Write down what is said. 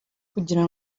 kugira